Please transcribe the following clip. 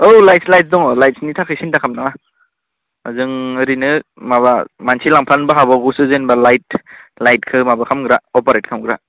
औ लाइट दङ लाइटनि थाखाय सिन्ता खालाम नाङा जों ओरैनो माबा मानसि लांफानोबो हाबावगौसो जेनेबा लाइटखौ माबा खालामग्रा अपारेट खालामग्रा